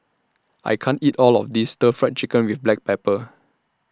I can't eat All of This Stir Fry Chicken with Black Pepper